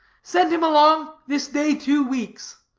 send him along this day two weeks.